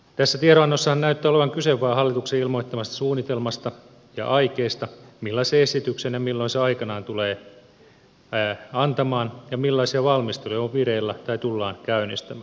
tässä tiedonannossahan näyttää olevan kyse vain hallituksen ilmoittamasta suunnitelmasta ja aikeesta millaisen esityksen ja milloin se aikanaan tulee antamaan ja millaisia valmisteluja on vireillä tai tullaan käynnistämään